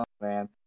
man